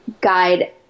guide